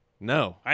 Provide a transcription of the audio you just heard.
No